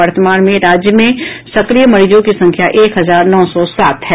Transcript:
वर्तमान में राज्य में सक्रिय मरीजों की संख्या एक हजार नौ सौ सात है